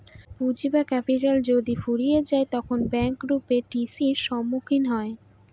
পুঁজি বা ক্যাপিটাল যদি ফুরিয়ে যায় তখন ব্যাঙ্ক রূপ টি.সির সম্মুখীন হয়